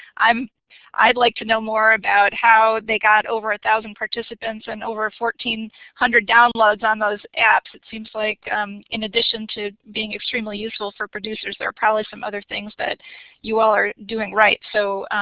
um i'd like to know more about how they got over a thousand participants and over fourteen hundred downloads on those apps. it seems like in addition to being extremely useful for producers there areprobably some other things that you all are doing right. so